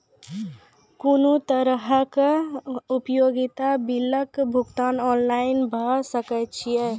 कुनू तरहक उपयोगिता बिलक भुगतान ऑनलाइन भऽ सकैत छै?